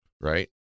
right